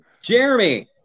Jeremy